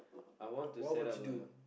I want to set up a